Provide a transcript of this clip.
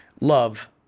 love